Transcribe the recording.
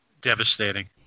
devastating